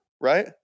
right